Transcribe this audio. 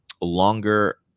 longer